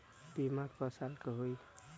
बीमा क साल क होई?